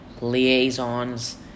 liaisons